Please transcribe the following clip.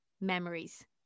memories